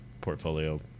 portfolio